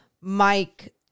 Mike